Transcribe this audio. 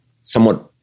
somewhat